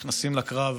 נכנסים לקרב